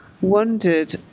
wondered